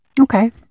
Okay